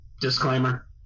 Disclaimer